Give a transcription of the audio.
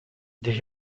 there